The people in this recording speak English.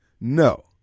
no